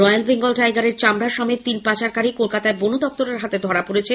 royal Bengal টাইগারের চামড়া সমেত তিন পাচারকারী কলকাতায় বনদপ্তরের হাতে ধরা পড়েছে